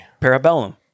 Parabellum